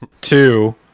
Two